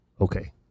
Okay